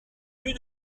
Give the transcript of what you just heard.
plus